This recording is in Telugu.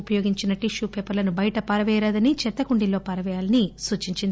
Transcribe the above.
ఉపయోగించిన టిష్యూ పేపర్లను బయట పారవేయరాదని చెత్తకుండీల్లో పారపేయాని సూచించింది